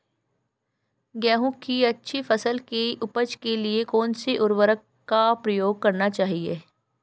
गेहूँ की अच्छी फसल की उपज के लिए कौनसी उर्वरक का प्रयोग करना चाहिए?